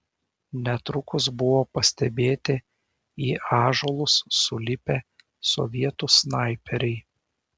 netrukus buvo pastebėti į ąžuolus sulipę sovietų snaiperiai